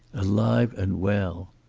alive and well.